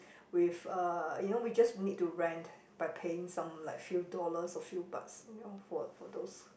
with uh you know we just need to rent by paying some like few dollars or few bahts you know for for those